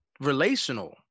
relational